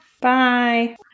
Bye